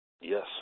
Yes